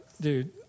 dude